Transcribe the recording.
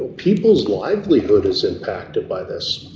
people's livelihood is impacted by this.